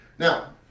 Now